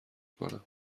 کنم